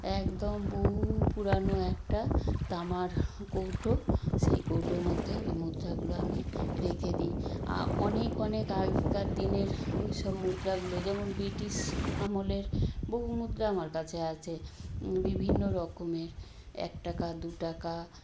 একদম বহু পুরানো একটা তামার কৌটো সেই কৌটোর মধ্যেও ওই মুদ্রাগুলো আমি রেখে দিই আ অনেক অনেক আগেকার দিনের ওই সব মুদ্রাগুলো যেমন ব্রিটিশ আমলের বহু মুদ্রা আমার কাছে আছে বিভিন্ন রকমের এক টাকা দু টাকা